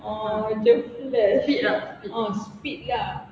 oh macam flash ah speed lah